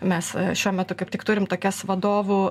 mes šiuo metu kaip tik turim tokias vadovų